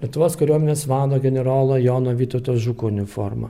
lietuvos kariuomenės vado generolo jono vytauto žuko uniforma